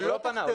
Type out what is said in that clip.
הוא לא פנה.